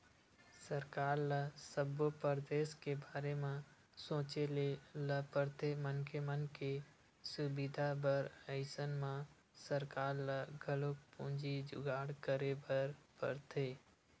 सरकार ल सब्बो परदेस के बारे म सोचे ल परथे मनखे मन के सुबिधा बर अइसन म सरकार ल घलोक पूंजी जुगाड़ करे बर परथे